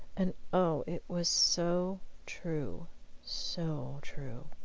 and, oh, it was so true so true.